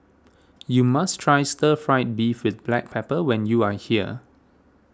you must try Stir Fried Beef with Black Pepper when you are here